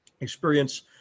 experience